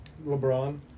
LeBron